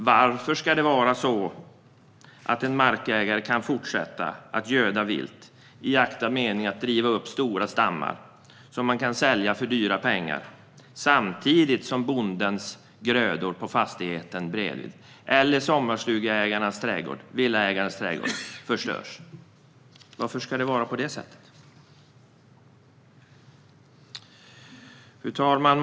Varför ska det vara så att en markägare kan fortsätta att göda vilt i akt och mening att driva upp stora stammar som man kan sälja för dyra pengar, samtidigt som bondens grödor på fastigheten bredvid och sommarstuge eller villaägarens trädgård förstörs? Fru talman!